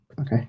Okay